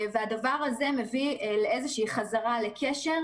הדבר הזה מביא לאיזו שהיא חזרה לקשר